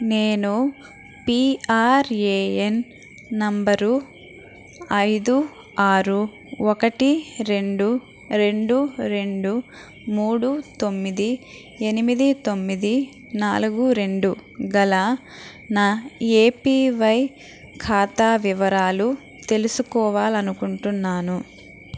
నేను PRAN number ఐదు ఆరు ఒకటి రెండు రెండు రెండు మూడు తొమ్మిది ఎనిమిది తొమ్మిది నాలుగు రెండు గల నా ఏపివై ఖాతా వివరాలు తెలుసుకోవాలనుకుంటున్నాను